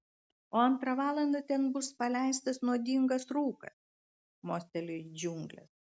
o antrą valandą ten bus paleistas nuodingas rūkas mosteliu į džiungles